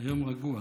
יום רגוע.